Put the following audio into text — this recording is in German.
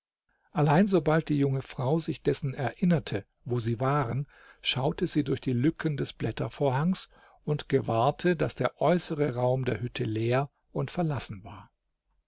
allein sobald die junge frau sich dessen erinnerte wo sie waren schaute sie durch die lücken des blättervorhangs und gewahrte daß der äußere raum der hütte leer und verlassen war